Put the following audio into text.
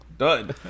done